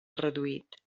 reduït